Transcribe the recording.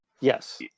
yes